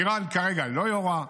איראן כרגע לא יורה,